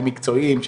המקצועיים,